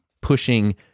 pushing